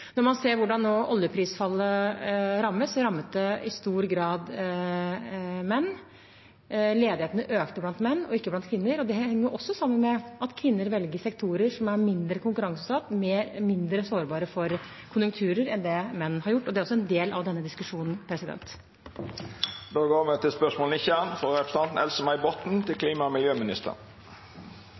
Når man ser hvordan oljeprisfallet rammet, rammet det i stor grad menn. Ledigheten økte blant menn og ikke blant kvinner. Det henger også sammen med at kvinner velger sektorer som er mindre konkurranseutsatt og mindre sårbare for konjunkturer enn det menn gjør, og det er også en del av denne diskusjonen. Då går me til spørsmål 19. Spørsmålet mitt er: «I 2015 sa nåværende klima- og